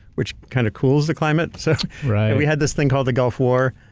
which kind of cools the climate. so right. we had this thing called the gulf war,